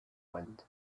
wind